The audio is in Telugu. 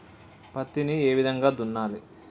పత్తిని ఏ విధంగా దున్నాలి?